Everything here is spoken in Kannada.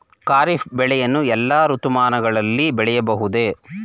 ಖಾರಿಫ್ ಬೆಳೆಯನ್ನು ಎಲ್ಲಾ ಋತುಮಾನಗಳಲ್ಲಿ ಬೆಳೆಯಬಹುದೇ?